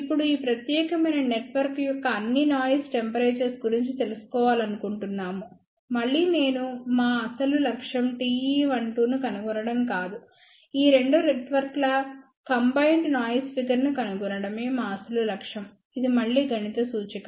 ఇప్పుడు ఈ ప్రత్యేకమైన నెట్వర్క్ యొక్క అన్ని నాయిస్ టెంపరేచర్స్ గురించి తెలుసుకోవాలనుకుంటున్నాము మళ్ళీ నేను మా అసలు లక్ష్యం Te12 ను కనుగొనడం కాదు ఈ రెండు నెట్వర్క్ల కంబైన్డ్ నాయిస్ ఫిగర్ ను కనుగొనడమే మా అసలు లక్ష్యం ఇది మళ్ళీ గణిత సూచిక